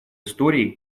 истории